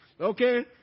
Okay